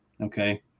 okay